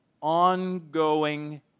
ongoing